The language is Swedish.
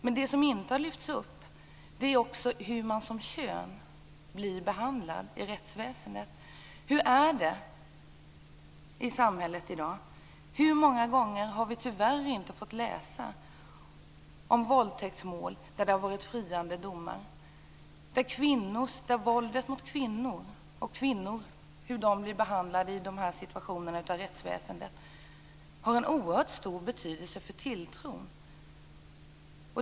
Men något som inte har lyfts fram är hur man som kön blir behandlad av rättsväsendet. Hur är det i samhället i dag? Hur många gånger har vi tyvärr inte fått läsa om våldtäktsmål med friande domar? Rättsväsendets behandling av kvinnor i dessa situationer har en oerhört stor betydelse för tilltron.